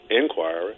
inquiry